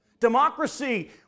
Democracy